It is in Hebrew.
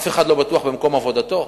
אף אחד לא בטוח במקום עבודתו,